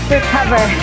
Recover